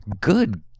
good